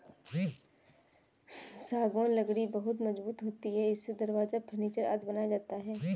सागौन लकड़ी बहुत मजबूत होती है इससे दरवाजा, फर्नीचर आदि बनाया जाता है